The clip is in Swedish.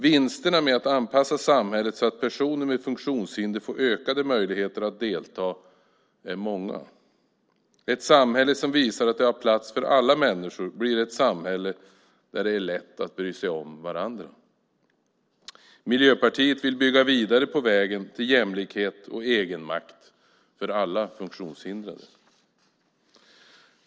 Vinsterna med att anpassa samhället så att personer med funktionshinder får ökade möjligheter att delta är många. Ett samhälle som visar att det har plats för alla människor blir ett samhälle där det är lätt att bry sig om varandra. Miljöpartiet vill bygga vidare på vägen till jämlikhet och egenmakt för alla funktionshindrade.